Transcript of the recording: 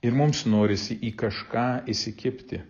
ir mums norisi į kažką įsikibti